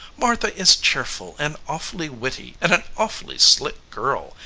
martha is cheerful and awfully witty and an awfully slick girl,